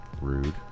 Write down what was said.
Rude